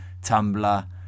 Tumblr